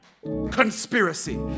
conspiracy